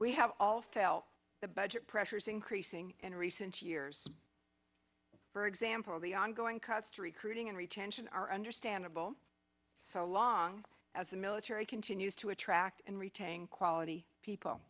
we have all felt the budget pressures increasing in recent years bir example the ongoing cuts to recruiting and retention are understandable so long as the military continues to attract and retain quality people